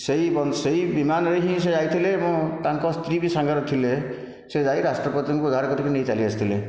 ସେଇ ସେଇ ବିମାନରେ ହିଁ ସେ ଯାଇଥିଲେ ଏବଂ ତାଙ୍କ ସ୍ତ୍ରୀ ବି ସାଙ୍ଗରେ ଥିଲେ ସେ ଯାଇ ରାଷ୍ଟପତିଙ୍କୁ ଉଦ୍ଧାର କରିକି ନେଇ ଚାଲି ଆସିଥିଲେ